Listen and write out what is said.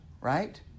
right